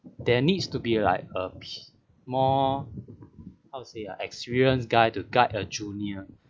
there needs to be like a p~ more how to say ah experience guide to guide a junior